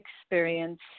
experience